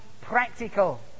practical